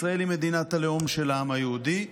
ישראל היא מדינת הלאום של העם היהודי,